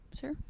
sure